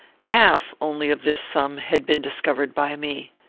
half only of this sum had been discovered by me.